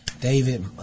David